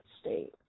state